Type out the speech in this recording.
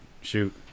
Shoot